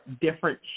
different